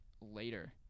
later